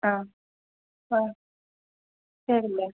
ஆ ஆ சரி மேம்